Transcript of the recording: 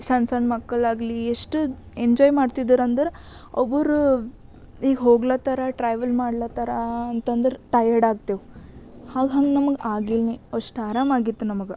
ಸಣ್ಣ ಸಣ್ಣ ಮಕ್ಳಾಗಲಿ ಎಷ್ಟು ಎಂಜಾಯ್ ಮಾಡ್ತಿದ್ರು ಅಂದ್ರೆ ಅವರು ಈಗ ಹೋಗ್ಲತ್ತಾರ ಟ್ರಾವೆಲ್ ಮಾಡ್ಲತ್ತಾರ ಅಂತಂದ್ರೆ ಟಯರ್ಡ್ ಆಗ್ತೇವೆ ಹಾಗೆ ಹಂಗ ನಮಗೆ ಆಗಿಲ್ಲ ಅಷ್ಟು ಆರಾಮಾಗಿತ್ತು ನಮಗ